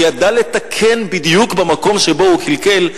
הוא ידע לתקן בדיוק במקום שבו הוא קלקל.